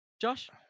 josh